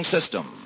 System